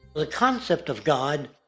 the concept of god,